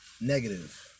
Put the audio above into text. Negative